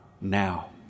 now